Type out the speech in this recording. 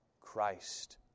Christ